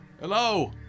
Hello